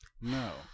No